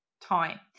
time